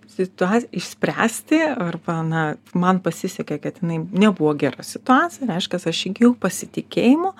situaciją išspręsti arba na man pasisekė kad jinai nebuvo gera situacija reiškias aš įgijau pasitikėjimo